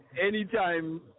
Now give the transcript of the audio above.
anytime